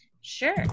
Sure